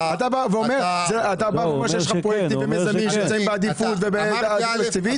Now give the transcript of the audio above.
כי אתה אומר שיש לך פרויקטים ומיזמים בעדיפות ובעלות תקציבית.